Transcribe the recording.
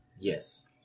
Yes